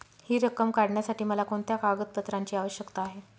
हि रक्कम काढण्यासाठी मला कोणत्या कागदपत्रांची आवश्यकता आहे?